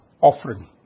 offering